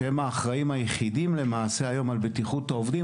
שהם למעשה האחראים היחידים היום על בטיחות העובדים,